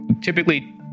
typically